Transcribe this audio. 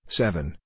seven